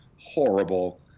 horrible